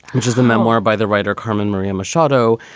which is the memoir by the writer carmen maria machado,